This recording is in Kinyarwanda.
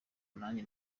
nanjye